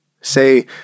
Say